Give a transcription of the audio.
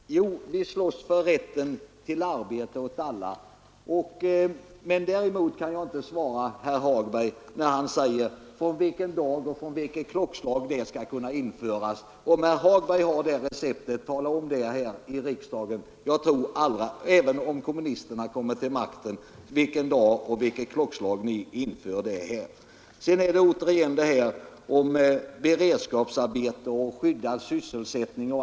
Herr talman! Jo, vi slåss för rätten till arbete för alla. Däremot kan jag inte svara på, vilken dag och vilket klockslag det skall kunna genomföras. Om herr Hagberg har ett recept på det, tala då om det här i riksdagen! Även om kommunisterna kommer till makten tror jag inte ni kan säga vilken dag och vilket klockslag ni skall införa rätt till arbete åt alla. Nu talas det igen om beredskapsarbete, skyddad sysselsättning etc.